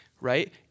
right